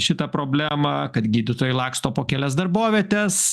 šitą problemą kad gydytojai laksto po kelias darbovietes